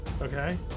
Okay